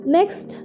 Next